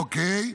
אוקיי.